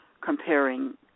comparing